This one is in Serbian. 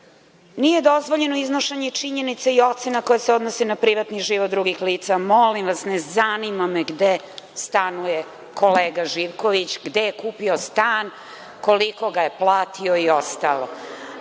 nije dozvoljeno iznošenje činjenica i ocena koje se odnose na privatan život drugih lica. Molim vas, ne zanima me gde stanuje kolega Živković, gde je kupio stan, koliko ga je platio i ostalo.